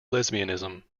lesbianism